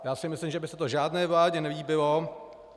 Já si myslím, že by se to žádné vládě nelíbilo.